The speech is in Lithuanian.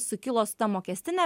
sukilo su ta mokestine